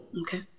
okay